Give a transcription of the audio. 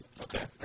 Okay